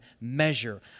measure